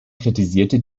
kritisierte